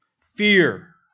Fear